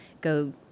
go